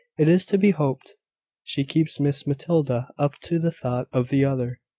it is to be hoped she keeps miss matilda up to the thought of the other,